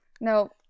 No